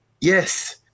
yes